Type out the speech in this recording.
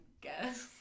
guess